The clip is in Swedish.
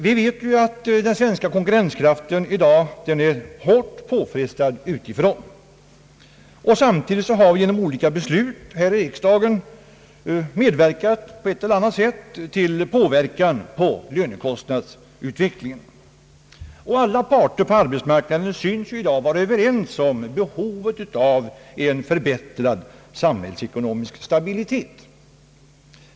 Vi vet ju att den svenska konkurrenskraften i dag är hårt påfrestad utifrån, och samtidigt har vi genom olika beslut här i riksdagen på ett eller annat sätt medverkat till lönekostnadsutvecklingen. Alla parter på arbetsmarknaden synes i dag vara överens om behovet av en förbättrad samhällsekonomisk stabilitet.